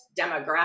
demographic